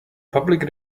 public